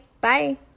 Bye